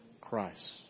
Christ